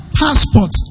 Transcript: passport